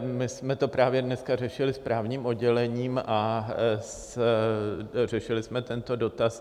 My jsme to právě dneska řešili s právním oddělením a řešili jsme tento dotaz.